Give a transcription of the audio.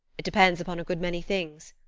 it depends upon a good many things.